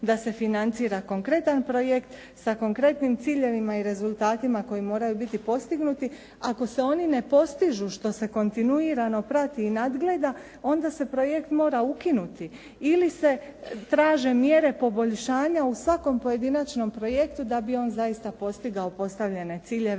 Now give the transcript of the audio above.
da se financira konkretan projekt sa konkretnim ciljevima i rezultatima koji moraju biti postignuti. Ako se oni ne postižu što se kontinuirano prati i nadgleda, onda se projekt mora ukinuti ili se traže mjere poboljšanja u svakom pojedinačnom projektu da bi on zaista postigao postavljene ciljeve